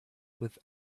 with